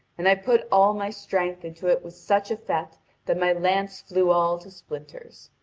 and i put all my strength into it with such effect that my lance flew all to splinters.